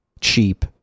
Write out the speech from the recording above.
cheap